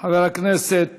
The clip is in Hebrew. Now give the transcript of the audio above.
חבר הכנסת